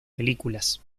películas